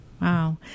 Wow